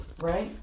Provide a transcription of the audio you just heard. Right